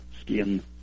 skin